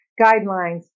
guidelines